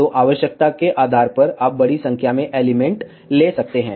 तो आवश्यकता के आधार पर आप बड़ी संख्या में एलिमेंट ले सकते हैं